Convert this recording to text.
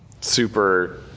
super